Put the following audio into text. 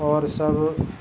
اور سب